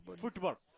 Football